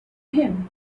him